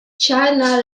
china